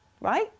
Right